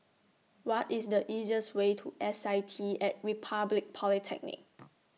What IS The easiest Way to S I T At Republic Polytechnic